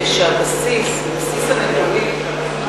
כשהבסיס, בסיס הנתונים,